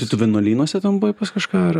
tai tu vienuolynuose ten buvai pas kažką ar